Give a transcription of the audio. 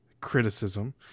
criticism